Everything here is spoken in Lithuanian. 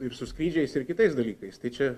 ir su skrydžiais ir kitais dalykais tai čia